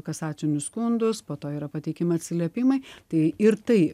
kasacinius skundus po to yra pateikiami atsiliepimai tai ir tai